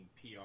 PR